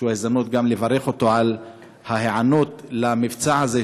שזו הזדמנות גם לברך אותו על ההיענות למבצע הזה,